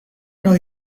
know